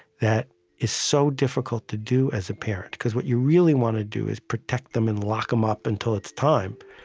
that is so difficult to do as a parent. because what you really want to do is protect them and lock em up until it's time.